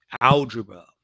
algebra